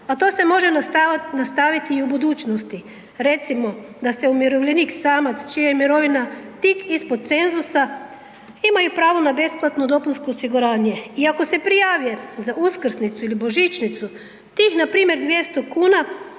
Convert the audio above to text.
a to se može nastaviti i u budućnosti. Recimo da se umirovljenik samac čija je mirovina tik ispod cenzusa ima i pravo na besplatno dopunsko osiguranje. I ako se prijavi za uskrsnicu ili božićnicu, tih npr. 200,00 kn